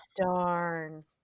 darn